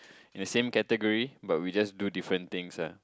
in the same category but we just do different things ah